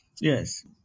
yes